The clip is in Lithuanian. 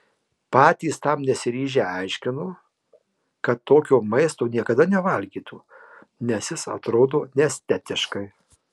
patys tam nesiryžę aiškino kad tokio maisto niekada nevalgytų nes jis atrodo neestetiškai